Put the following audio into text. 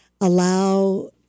allow